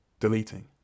deleting